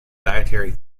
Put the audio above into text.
dietary